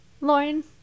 Lauren